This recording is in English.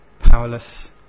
Powerless